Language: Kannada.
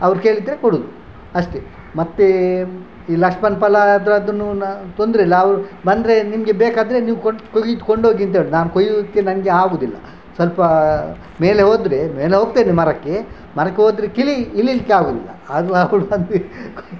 ಅವ್ರು ಕೇಳಿದರೆ ಕೊಡುವುದು ಅಷ್ಟೇ ಮತ್ತು ಈ ಲಕ್ಷ್ಮಣ್ ಫಲ ಅದ್ರದನ್ನು ನ ತೊಂದರೆಯಿಲ್ಲ ಅವು ಬಂದರೆ ನಿಮಗೆ ಬೇಕಾದರೆ ನೀವು ಕೊಟ್ಟು ಕೊಯ್ದು ಕೊಂಡು ಹೋಗಿ ಅಂತ ಹೇಳೋದು ನಾನು ಕೊಯ್ಯೋಕೆ ನನಗೆ ಆಗುವುದಿಲ್ಲ ಸ್ವಲ್ಪ ಮೇಲೆ ಹೋದರೆ ಮೇಲೆ ಹೋಗ್ತೇನೆ ಮರಕ್ಕೆ ಮರಕ್ಕೆ ಹೋದರೆ ಕಿಳಿ ಇಳಿಯಲಿಕ್ಕೆ ಆಗುವುದಿಲ್ಲ ಆದರೆ ಅವ್ಳು ಬಂದರೆ